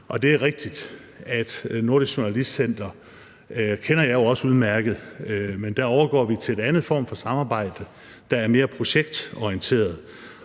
Det er rigtigt, at med Nordisk Journalistcenter, som jeg jo kender udmærket, overgår vi til en anden form for samarbejde, der er mere projektorienteret,